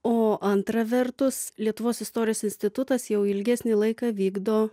o antra vertus lietuvos istorijos institutas jau ilgesnį laiką vykdo